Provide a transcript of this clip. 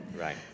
Right